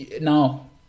Now